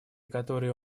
которые